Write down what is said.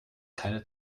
keine